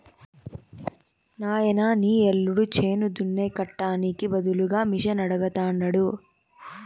నాయనా నీ యల్లుడు చేను దున్నే కట్టానికి బదులుగా మిషనడగతండాడు